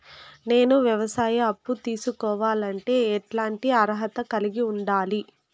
నేను వ్యవసాయ అప్పు తీసుకోవాలంటే ఎట్లాంటి అర్హత కలిగి ఉండాలి?